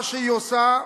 מה שהיא עושה,